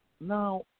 now